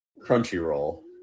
Crunchyroll